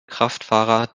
kraftfahrer